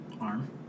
arm